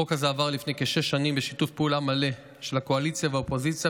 החוק הזה עבר לפני כשש שנים בשיתוף פעולה מלא של הקואליציה והאופוזיציה,